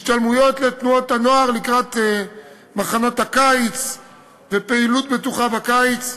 השתלמויות לתנועות הנוער לקראת מחנות הקיץ ופעילות בטוחה בקיץ.